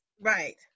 Right